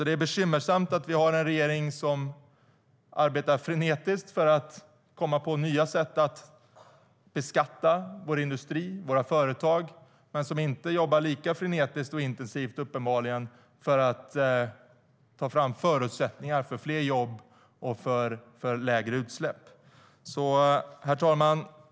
Det är bekymmersamt att vi har en regering som arbetar frenetiskt för att komma på nya sätt att beskatta vår industri och våra företag men som uppenbarligen inte jobbar lika frenetiskt och intensivt för att ta fram förutsättningar för fler jobb och lägre utsläpp. Herr talman!